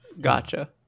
Gotcha